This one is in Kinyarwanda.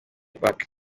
pac